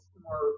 more